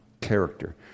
character